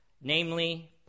namely